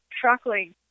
truckling